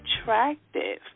attractive